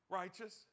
righteous